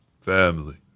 family